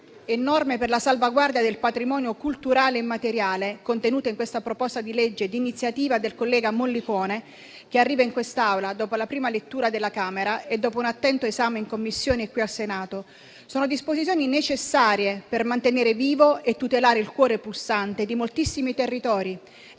e norme per la salvaguardia del patrimonio culturale immateriale, contenute in questa proposta di legge di iniziativa del collega Mollicone, che arriva in quest'Aula dopo la prima lettura della Camera e dopo un attento esame in Commissione qui al Senato, sono disposizioni necessarie per mantenere vivo e tutelare il cuore pulsante di moltissimi territori,